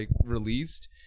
released